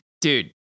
Dude